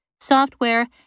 software